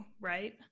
right